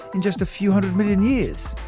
in just a few hundred million years.